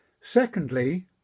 Secondly